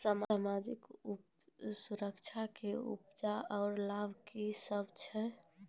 समाजिक सुरक्षा के उपाय आर लाभ की सभ छै?